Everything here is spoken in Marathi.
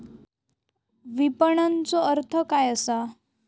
विपणनचो अर्थ काय असा?